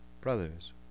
brothers